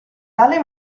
tale